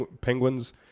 Penguins